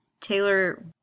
Taylor